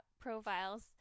profiles